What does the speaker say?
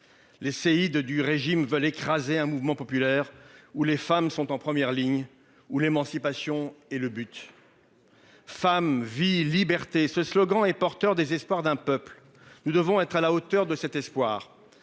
Les séides du régime veulent écraser un mouvement populaire où les femmes sont en première ligne ou l'émancipation et le but.-- Femme, vie, liberté, ce slogan est porteur des espoirs d'un peuple. Nous devons être à la hauteur de cet espoir.